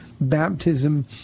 baptism